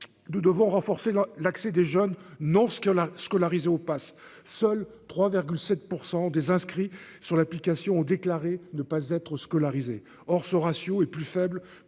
nous devons renforcer l'accès des jeunes non ce qui l'a scolarisé au Pass, seuls 3,7 % des inscrits sur l'application ont déclaré ne pas être scolarisés, or ce ratio est plus faible